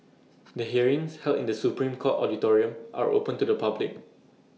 the hearings held in the Supreme court auditorium are open to the public